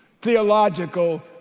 theological